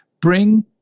bring